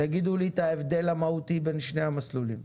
תגידו לי את ההבדל המהותי בין שני המסלולים.